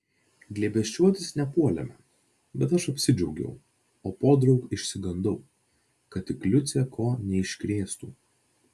glėbesčiuotis nepuolėme bet aš apsidžiaugiau o podraug išsigandau kad tik liucė ko neiškrėstų